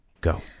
go